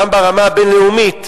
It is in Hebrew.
גם ברמה הבין-לאומית,